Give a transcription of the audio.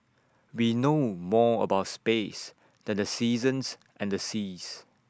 we know more about space than the seasons and the seas